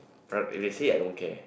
right if they say I don't care